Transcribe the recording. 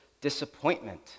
disappointment